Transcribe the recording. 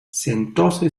sentóse